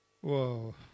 whoa